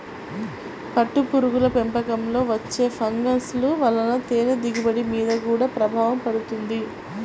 పట్టుపురుగుల పెంపకంలో వచ్చే ఫంగస్ల వలన తేనె దిగుబడి మీద గూడా ప్రభావం పడుతుంది